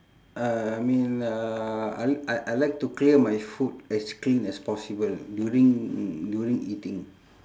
uh I mean uh I I I like to clear my food as clean as possible during during eating